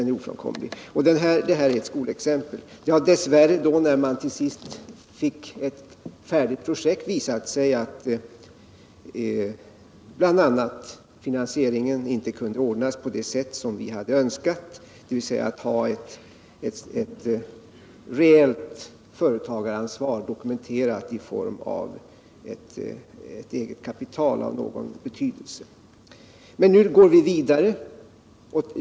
När man till sist fick ett färdigt projekt har det dess värre visat sig att bl.a. finansieringen inte kunde ordnas på det sätt som vi hade önskat, dvs. att ett rejält företagaransvar dokumenterades i form av ett eget kapital av någon betydelse. Men nu går vi vidare.